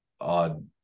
odd